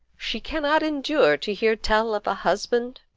she cannot endure to hear tell of a husband.